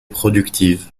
productives